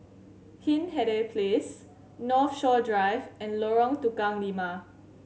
Hindhede Place Northshore Drive and Lorong Tukang Lima